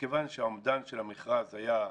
מכיוון שהאומדן של המכרז היה,